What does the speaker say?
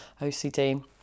OCD